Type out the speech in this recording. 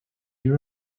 you